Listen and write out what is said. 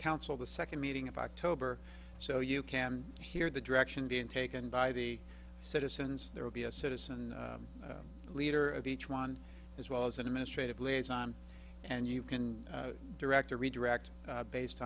council the second meeting of october so you can hear the direction being taken by the citizens there will be a citizen leader of each one as well as an administrative liaison and you can direct a redirect based